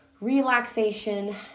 relaxation